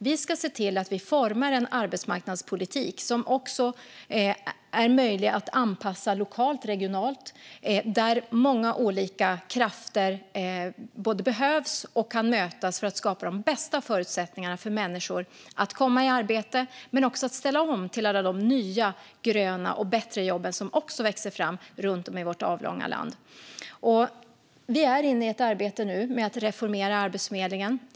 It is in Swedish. Vi ska se till att vi formar en arbetsmarknadspolitik som också är möjlig att anpassa lokalt och regionalt, där många olika krafter både behövs och kan mötas för att skapa de bästa förutsättningarna för människor att komma i arbete men också ställa om till alla de nya, gröna och bättre jobb som också växer fram runt om i vårt avlånga land. Vi är nu inne i ett arbete med att reformera Arbetsförmedlingen.